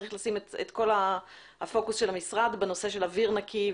צריך לשים את כל הפוקוס של המשרד בנושא של אוויר נקי,